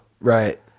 Right